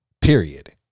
period